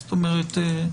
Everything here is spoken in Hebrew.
זאת אומרת,